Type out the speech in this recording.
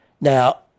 Now